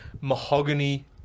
mahogany